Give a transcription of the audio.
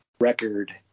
record